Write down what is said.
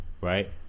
Right